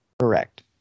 Correct